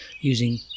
using